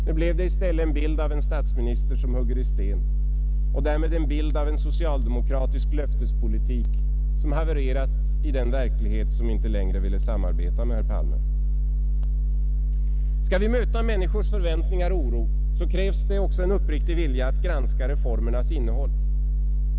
Nu blev det i stället en bild av en statsminister som hugger i sten och därmed en bild av en socialdemokratisk löftespolitik som havererat i den verklighet som inte längre ville samarbeta med herr Palme. Skall vi möta människors förväntningar och oro, krävs det också en uppriktig vilja att granska reformernas innehåll.